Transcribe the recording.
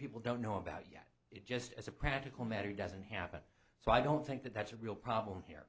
people don't know about yet it just as a practical matter doesn't happen so i don't think that that's a real problem here